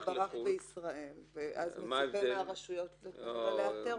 יכול להיות שברח בישראל ואז מצופה מהרשויות לאתר אותו.